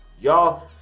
Y'all